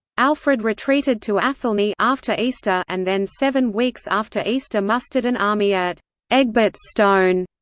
alfred retreated to athelney after easter and then seven weeks after easter mustered an army at egbert's stone.